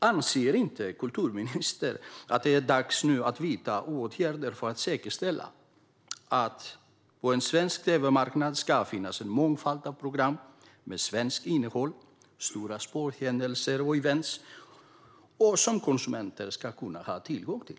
Anser inte kulturministern att det nu är dags att vidta åtgärder för att säkerställa att det på en svensk tv-marknad finns en mångfald av program med svenskt innehåll, stora sporthändelser och event, som konsumenter kan ha tillgång till?